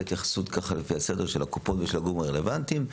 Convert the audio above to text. ההתייחסות לפי הסדר של הקופות ושל הגורמים הרלוונטיים,